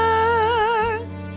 earth